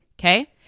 Okay